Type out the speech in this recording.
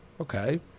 Okay